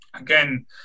again